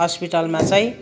हस्पिटलमा चाहिँ